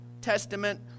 testament